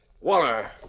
Waller